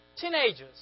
teenagers